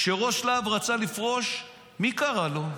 כשראש להב רצה לפרוש, מי קרא לו?